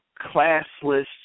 classless